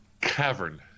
cavern